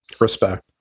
Respect